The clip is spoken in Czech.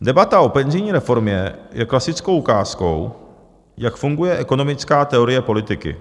Debata o penzijní reformě je klasickou ukázkou, jak funguje ekonomická teorie politiky .